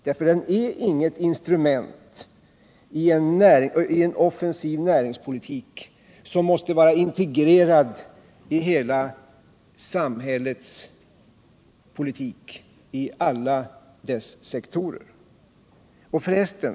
Strukturfonden är inget instrument i en offensiv näringspolitik som måste vara integrerad i hela samhällets politik i alla dess sektorer.